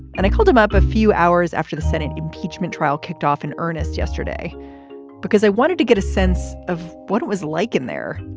and i called him up a few hours after the senate impeachment trial kicked off in earnest yesterday because i wanted to get a sense of what it was like in there.